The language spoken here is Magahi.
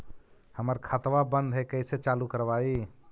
हमर खतवा बंद है कैसे चालु करवाई?